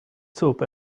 soup